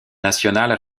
nationales